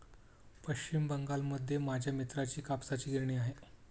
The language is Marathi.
पश्चिम बंगालमध्ये माझ्या मित्राची कापसाची गिरणी आहे